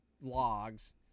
logs